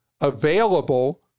available